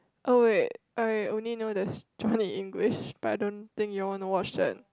oh wait I only know there is Johnny English but I don't think you will wanna watch that